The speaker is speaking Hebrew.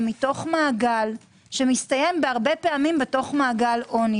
מתוך מעגל שמסתיים הרבה פעמים במעגל עוני,